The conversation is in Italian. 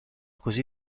così